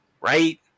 right